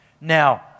Now